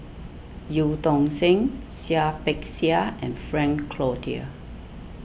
Eu Tong Sen Seah Peck Seah and Frank Cloutier